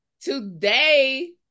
today